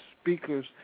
speakers